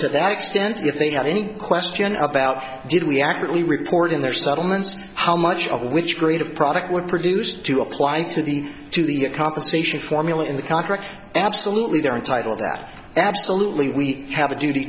to that extent if they have any question about did we accurately report in their settlements how much of which grade of product were produced to apply to the to the compensation formula in the contract absolutely they're entitled that absolutely we have a duty